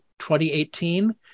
2018